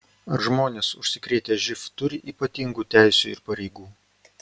ar žmonės užsikrėtę živ turi ypatingų teisių ir pareigų